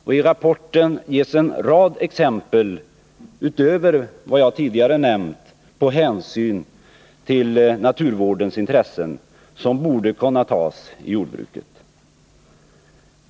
I rapporten ges —- utöver vad jag tidigare nämnt — en rad exempel på hänsyn till naturvårdens intressen som borde kunna tas i jordbruket.